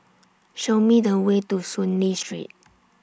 Show Me The Way to Soon Lee Street